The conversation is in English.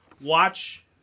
watch